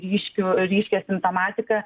ryškių ryškią simptomatika